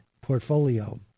portfolio